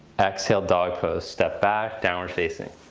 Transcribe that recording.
exhale dog pose, step back downward facing.